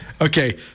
Okay